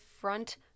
front